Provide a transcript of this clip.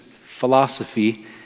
philosophy